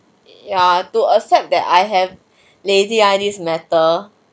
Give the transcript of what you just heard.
ya to accept that I have lazy eyes this matter